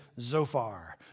Zophar